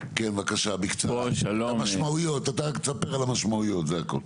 תספר רק על המשמעויות, זה הכל.